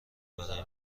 برای